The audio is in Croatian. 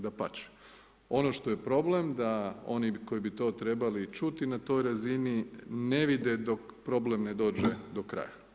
Dapače, ono što je problem, da oni koji bi to trebali čuti na toj razini, ne vide dok problem ne dođe do kraja.